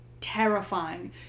terrifying